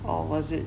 or was it